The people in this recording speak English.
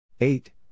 eight